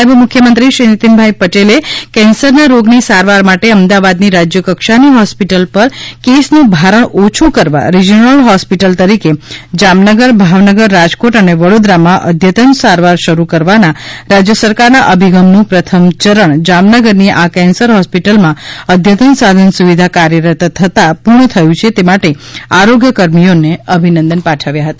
નાયબ મુખ્યમંત્રી નિતિન પટેલએ કેન્સરના રોગની સારવાર માટે અમદાવાદની રાજ્યકક્ષાની હોસ્પિટલ પરનું કેસનું ભારણ ઓછું કરવા રિજીયોનલ હોસ્પિટલ તરીકે જામનગર ભાવનગર રાજકોટ અને વડોદરામાં અદ્યતન સારવાર શરૂ કરવાના રાજ્ય સરકારના અભિગમનું પ્રથમ ચરણ જામનગરની આ કેન્સર હોસ્પિટલમાં અદ્યતન સાધન સુવિધા કાર્યરત થતાં પૂર્ણ થયું છે તે માટે આરોગ્ય કર્મીઓને અભિનંદન પાઠવ્યા હતા